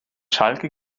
schalke